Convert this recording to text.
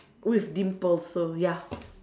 with dimples so ya